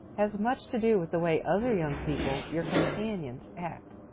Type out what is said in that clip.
has much to do with the way other young people, your companions, act.